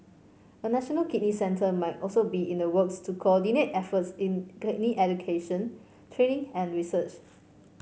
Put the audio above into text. a national kidney centre might also be in the works to coordinate efforts in kidney education training and research